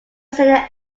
senior